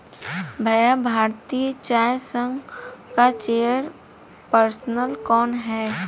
भैया भारतीय चाय संघ का चेयर पर्सन कौन है?